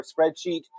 spreadsheet